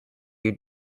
you